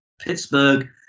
Pittsburgh